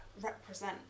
represent